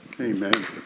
Amen